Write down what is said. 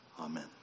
Amen